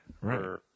right